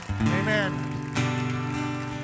Amen